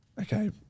okay